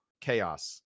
chaos